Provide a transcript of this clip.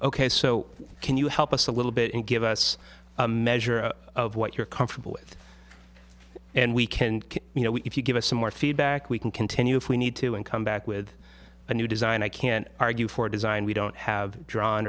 ok so can you help us a little bit and give us a measure of what you're comfortable with and we can you know if you give us some more feedback we can continue if we need to and come back with a new design i can argue for design we don't have drawn